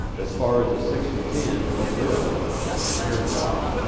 as far as ah sixty ten, it will and here's why.